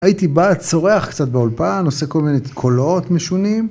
הייתי בא צורח קצת באולפן, עושה כל מיני קולות משונים.